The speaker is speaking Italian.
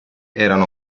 erano